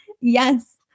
Yes